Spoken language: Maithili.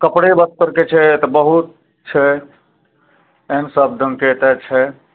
कपड़े बस्तरके छै तऽ बहुत छै एहन सब ढङ्गके एतऽ छै